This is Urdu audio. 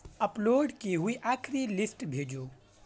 اپ لوڈ کی ہوئی آخری لسٹ بھیجو